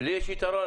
לי יש יתרון.